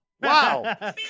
Wow